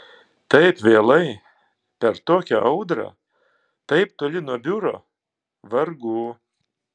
taip vėlai per tokią audrą taip toli nuo biuro vargu